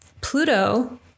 Pluto